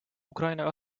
ukraina